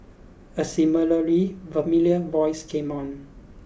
a seemingly familiar voice came on